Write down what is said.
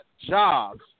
jobs